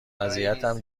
وضعیتم